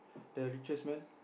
the richest man